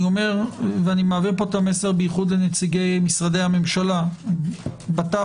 אני מעביר פה את המסר בייחוד לנציגי משרדי הממשלה בט"פ,